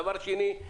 דבר שני,